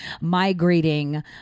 migrating